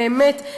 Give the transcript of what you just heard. באמת,